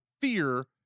fear